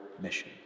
mission